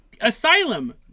Asylum